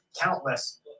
countless